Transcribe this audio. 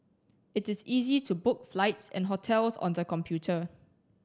it is easy to book flights and hotels on the computer